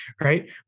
Right